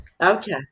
Okay